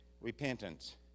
Repentance